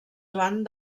joan